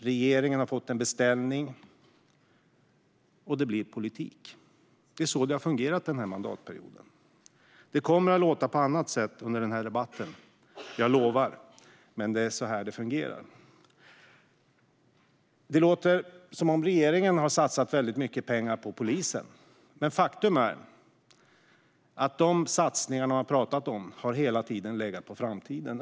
Regeringen har fått en beställning, och det blir politik. Det är så det har fungerat under den här mandatperioden. Det kommer att låta på annat sätt under den här debatten, jag lovar. Men det är så här det fungerar. Det låter som att regeringen har satsat väldigt mycket pengar på polisen. Men faktum är att de satsningarna hela tiden har legat på framtiden.